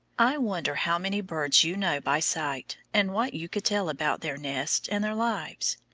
i wonder how many birds you know by sight, and what you could tell about their nests and their lives?